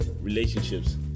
relationships